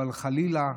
אבל חלילה,